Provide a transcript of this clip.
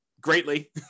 greatly